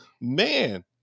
man